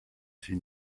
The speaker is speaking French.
six